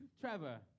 Trevor